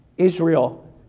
Israel